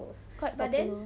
quite popular